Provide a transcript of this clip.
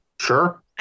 Sure